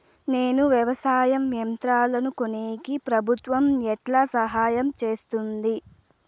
నేను వ్యవసాయం యంత్రాలను కొనేకి ప్రభుత్వ ఎట్లా సహాయం చేస్తుంది?